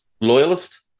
loyalist